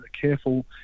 careful